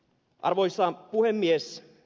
arvoisa puhemies